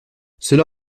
cela